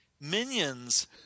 minions